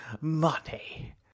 money